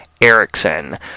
Erickson